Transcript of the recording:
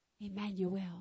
Emmanuel